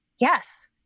yes